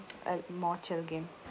a more chill game